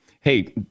hey